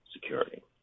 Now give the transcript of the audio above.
security